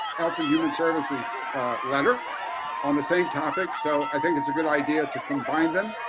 health and human services lender on the same topic. so i think it's a good idea to combine them,